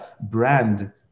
brand